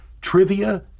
trivia